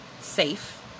safe